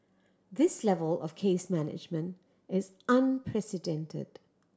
this level of case management is unprecedented